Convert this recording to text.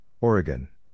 Oregon